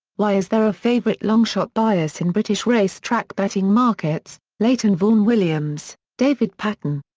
why is there a favourite-longshot bias in british racetrack betting markets, leighton vaughan williams, david paton.